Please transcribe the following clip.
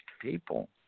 people